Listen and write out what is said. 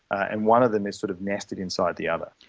and one of them is sort of nested inside the other.